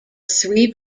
three